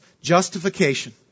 Justification